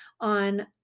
on